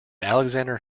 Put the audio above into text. alexander